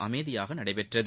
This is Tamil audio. அமைதியாக நடைபெற்றது